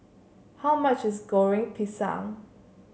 how much is Goreng Pisang